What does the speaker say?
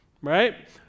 right